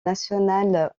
national